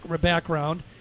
background